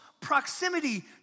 proximity